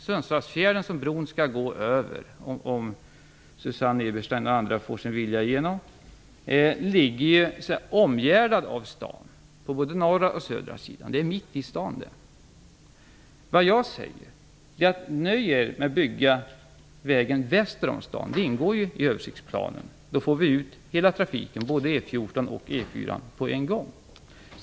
Sundsvallsfjärden, som bron skall gå över om Susanne Eberstein och andra får sin vilja igenom, ligger omgärdad av staden på både norra och södra sidan, mitt i staden. Nöj er med att bygga vägen väster om staden. Det ingår i översiktsplanen. Då får man ut all trafik på E 14 och E 4 på en gång.